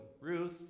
Ruth